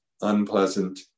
unpleasant